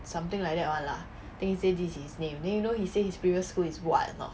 something like that [one] lah then he say this is his name then you know he say his previous school is what or not